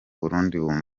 burundi